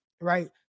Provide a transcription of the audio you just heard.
right